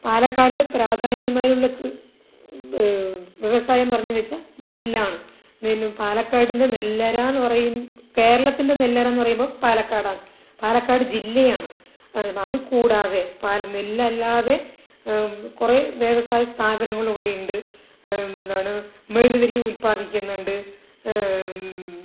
പാലക്കാടിൽ പ്രാധാനമായുള്ള വ്യവസായം പറഞ്ഞു വെച്ചാൽ നെല്ലാണ് നെൽ പാലക്കാടിൻ്റെ നെല്ലറ എന്ന് പറയും കേരളത്തിൻറെ നെല്ലറ എന്ന് പറയുമ്പോൾ പാലക്കാടാണ് പാലക്കാട് ജില്ലയാണ് അതു കൂടാതെ നെല്ല് അല്ലാതെ കുറേ വ്യവസായ സ്ഥാപനങ്ങൾ ഇവിടെയുണ്ട് എന്താണ് മെഴുകുതിരി ഉൽപ്പാദിപ്പിക്കുന്നുണ്ട്